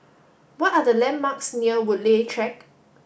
what are the landmarks near Woodleigh Track